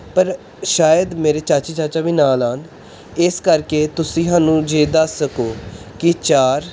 ਪਰ ਸ਼ਾਇਦ ਮੇਰੇ ਚਾਚੀ ਚਾਚਾ ਵੀ ਨਾਲ ਆਉਣ ਇਸ ਕਰਕੇ ਤੁਸੀਂ ਸਾਨੂੰ ਜੇ ਦੱਸ ਸਕੋ ਕਿ ਚਾਰ